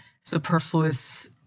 superfluous